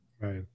Right